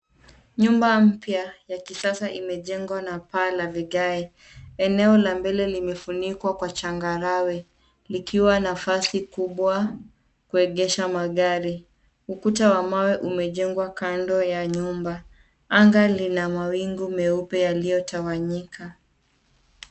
Nyumba mpya ya kisasa imejengwa na paa la vigae. Eneo la mbele limefunikwa kwa changarawe likiwa nafasi kubwa kuegesha magari. Ukuta wa mawe umejengwa kando ya nyumba. Anga lina mawingu meupe yaliyotawanyika.